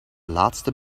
laatste